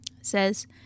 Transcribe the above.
says